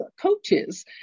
coaches